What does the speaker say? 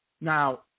now